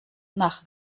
nach